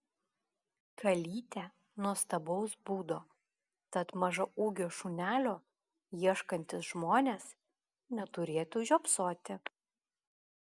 kalytė nuostabaus būdo tad mažaūgio šunelio ieškantys žmonės neturėtų žiopsoti